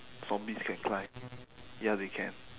zombies can climb ya they can